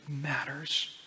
matters